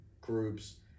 groups